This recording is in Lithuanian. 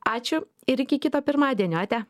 ačiū ir iki kito pirmadienio atia